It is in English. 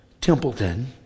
Templeton